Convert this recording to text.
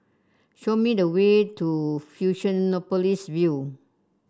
show me the way to Fusionopolis View